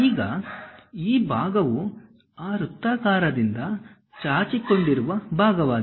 ಈಗ ಈ ಭಾಗವು ಆ ವೃತ್ತಾಕಾರದಿಂದ ಚಾಚಿಕೊಂಡಿರುವ ಭಾಗವಾಗಿದೆ